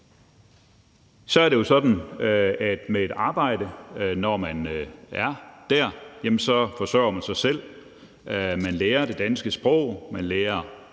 at med et arbejde, når man har sådan et, forsørger man sig selv. Man lærer det danske sprog.